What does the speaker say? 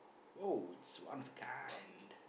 oh it's one of a kind